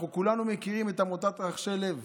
כולנו מכירים את עמותת רחשי לב,